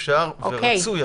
אפשר ורצוי,